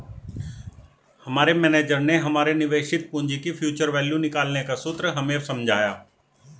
हमारे मेनेजर ने हमारे निवेशित पूंजी की फ्यूचर वैल्यू निकालने का सूत्र हमें समझाया